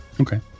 Okay